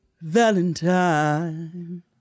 Valentine